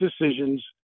decisions